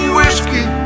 whiskey